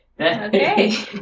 Okay